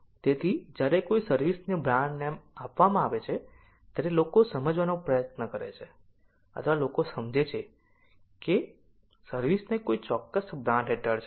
તેથી જ્યારે કોઈ સર્વિસ ને બ્રાન્ડ નામ આપવામાં આવે છે ત્યારે લોકો સમજવાનો પ્રયત્ન કરે છે અથવા લોકો સમજે છે કે સર્વિસ ને કોઈ ચોક્કસ બ્રાન્ડ હેઠળ છે